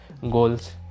goals